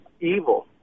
evil